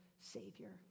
Savior